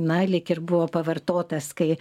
na lyg ir buvo pavartotas kai